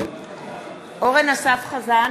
אורן אסף חזן,